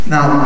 Now